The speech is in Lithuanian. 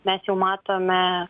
mes jau matome